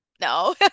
No